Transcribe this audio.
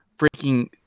freaking